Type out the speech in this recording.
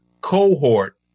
cohort